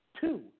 two